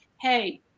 hey